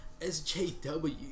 SJW